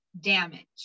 damage